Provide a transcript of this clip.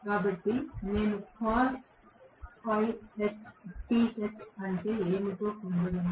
కాబట్టి నేను అంటే ఏమిటో పొందగలను